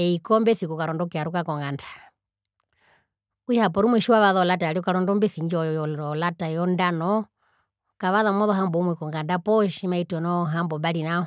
Eii kombesi okukaronda okuyaruka konganda okutja porumwe tjiwavasa olata okaronda ombesi indji oo lata yondano okavaza mozohamboumwe poo tjimaitono hambombari nao